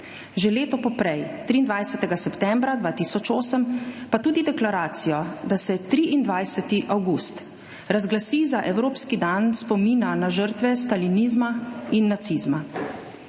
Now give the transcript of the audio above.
že leto poprej, 23. septembra 2008, pa tudi deklaracijo, da se 23. avgust razglasi za evropski dan spomina na žrtve stalinizma in nacizma.